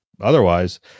otherwise